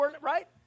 right